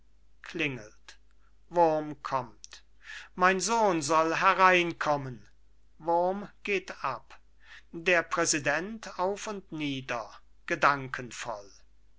mein sohn soll hereinkommen wurm geht ab der präsident auf und nieder